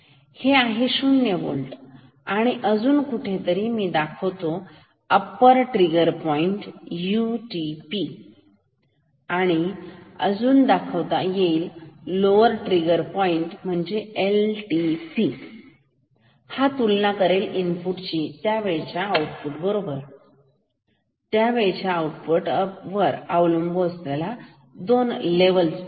तर हे आहे शून्य होल्ट आणि आणि अजून कुठेतरी मी इथे दाखवतो upper trigger point U T P अजून कुठेतरी दाखवतो lower trigger point L T P हा तुलना करेल इनपुट ची त्या वेळच्या आउटपुट वर अवलंबून असलेल्या दोन लेवल बरोबर